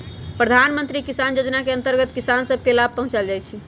प्रधानमंत्री किसान जोजना के अंतर्गत किसान सभ के लाभ पहुंचाएल जाइ छइ